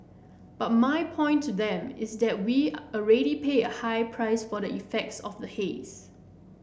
but my point to them is that we already pay a high price for the effects of the haze